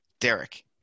Derek